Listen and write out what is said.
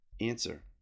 Answer